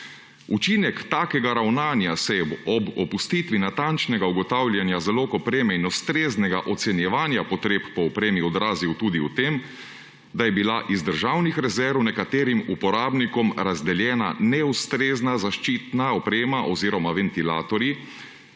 »Učinek takega ravnanja se je ob opustitvi natančnega ugotavljanja zalog opreme in ustreznega ocenjevanja potreb po opremi odrazil tudi v tem, da je bila iz državnih rezerv nekaterim uporabnikom razdeljena neustrezna zaščitna oprema oziroma ventilatorji,